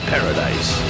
Paradise